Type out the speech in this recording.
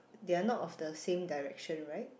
they're not of the same direction right